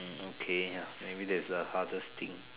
hmm okay ya maybe that's the hardest thing